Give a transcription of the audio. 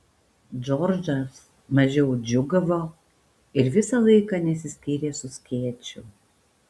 džordžas mažiau džiūgavo ir visą laiką nesiskyrė su skėčiu